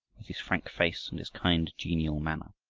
with his frank face and his kind, genial manner.